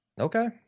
Okay